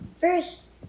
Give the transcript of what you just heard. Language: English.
first